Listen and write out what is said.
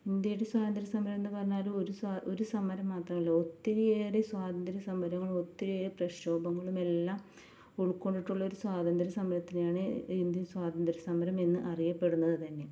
ഇന്ത്യയുടെ സ്വാതന്ത്ര്യ സമരം എന്ന് പറഞ്ഞാൽ ഒരു സ്വാ ഒരു സമരം മാത്രേ ഒള്ളൂ ഒത്തിരിയേറെ സ്വാതന്ത്ര്യ സമരങ്ങളും ഒത്തിരി ഏറെ പ്രക്ഷോഭങ്ങളും എല്ലാം ഉള്ക്കൊണ്ടിട്ടുള്ള ഒരു സ്വാതന്ത്ര്യ സമരത്തിനെയാണ് ഇന്ത്യൻ സ്വാതന്ത്ര്യസമരം എന്ന് അറിയപ്പെടുന്നത് തന്നെ